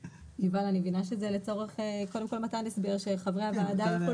יובל אני מבינה שחרי הוועדה קודם כל